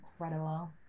incredible